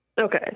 Okay